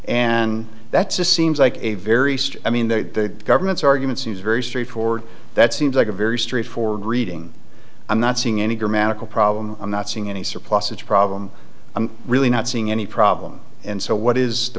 and that's just seems like a very strong i mean the government's argument seems very straightforward that seems like a very straightforward reading i'm not seeing any grammatical problem i'm not seeing any surplusage problem i'm really not seeing any problem and so what is the